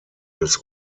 des